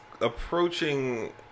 approaching